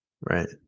Right